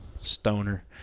stoner